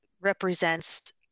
represents